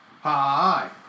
Hi